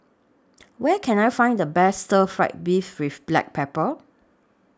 Where Can I Find The Best Stir Fried Beef with Black Pepper